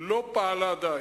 לא פעלה די.